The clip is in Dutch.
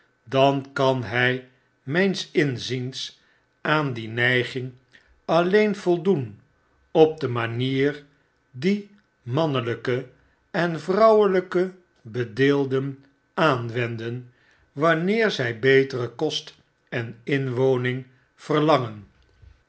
dan kan hjj mgns inziens aan die neiging alleen voldoen op de manier die manneljjke en vrouwelyke bedeelden aanwenden wanneer zjj betere kost en inwoning verlangen